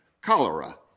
cholera